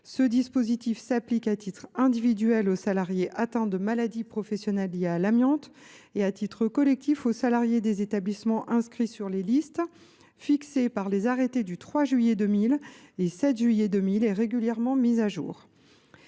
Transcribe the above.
Ce dispositif s’applique, à titre individuel, aux salariés atteints de maladies professionnelles liées à l’amiante et, à titre collectif, aux salariés des établissements inscrits sur les listes fixées par les arrêtés du 3 juillet 2000 et 7 juillet 2000 et régulièrement mises à jour.